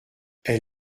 elle